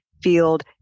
field